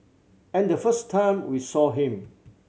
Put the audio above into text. and the first time we saw him